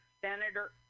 Senator